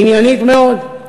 עניינית מאוד.